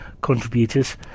contributors